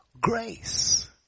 grace